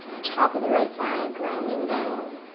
top of the right thigh grounding down.